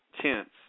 tense